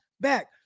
back